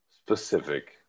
specific